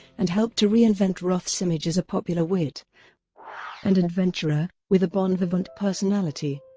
and helped to reinvent roth's image as a popular wit and adventurer, with a bon vivant personality.